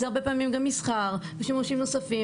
זה הרבה פעמים גם מסחר ושימושים נוספים.